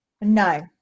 No